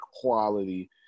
quality